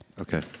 okay